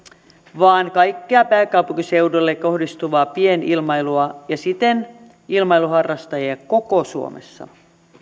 vaan kaikkea pääkaupunkiseudulle kohdistuvaa pienilmailua ja siten ilmailuharrastajia koko suomessa